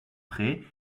prés